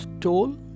toll